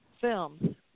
films